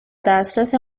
دسترس